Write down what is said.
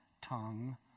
tongue